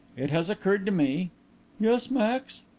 it has occurred to me yes, max?